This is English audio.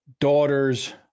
daughter's